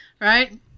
Right